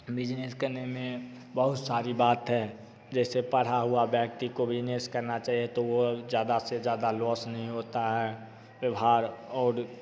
business करने में बहुत सारी बात हैं जैसे पढ़ा हुआ व्यक्ति को बिज़नेस करना चाहिए तो वह ज़्यादा से ज़्यादा लॉस नहीं होता है व्यवहार और